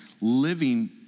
Living